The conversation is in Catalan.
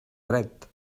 dret